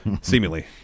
seemingly